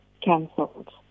cancelled